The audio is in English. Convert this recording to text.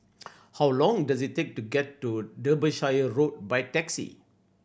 how long does it take to get to Derbyshire Road by taxi